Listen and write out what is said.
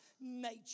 nature